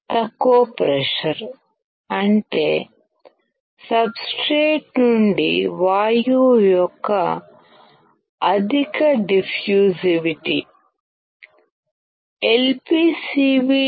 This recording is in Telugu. తక్కువ ప్రెషర్ అంటే సబ్ స్ట్రేట్ నుండి వాయువు యొక్క అధిక డిఫ్యూసివిటీ